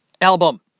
Album